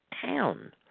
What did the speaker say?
town